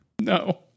No